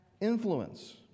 influence